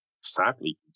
sadly